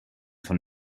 von